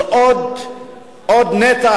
זה עוד נתח,